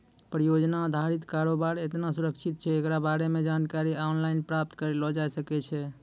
परियोजना अधारित कारोबार केतना सुरक्षित छै एकरा बारे मे जानकारी आनलाइन प्राप्त करलो जाय सकै छै